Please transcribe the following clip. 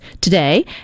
today